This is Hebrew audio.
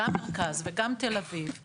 גם במרכז וגם תל אביב,